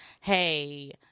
hey